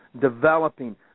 developing –